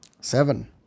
seven